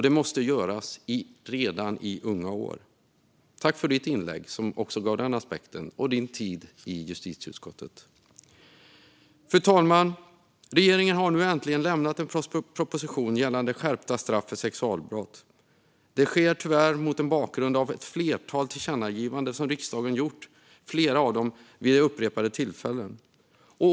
Det måste göras redan i unga år. Tack för ditt inlägg, som också gav den aspekten, och din tid i justitieutskottet! Fru talman! Regeringen har nu äntligen lämnat en proposition gällande skärpta straff för sexualbrott. Det sker tyvärr mot en bakgrund av ett flertal tillkännagivanden som riksdagen har gjort, flera av dem vid upprepade tillfällen.